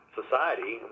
society